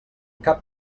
cap